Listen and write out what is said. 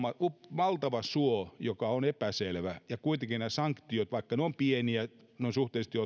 valtava suo joka on epäselvä ja kuitenkin nämä sanktiot vaikka ne ovat pieniä noin suhteellisesti